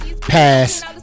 pass